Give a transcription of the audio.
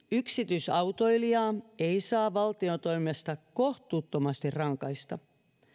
yksityisautoilijaa ei saa valtion toimesta kohtuuttomasti rankaista